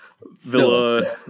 Villa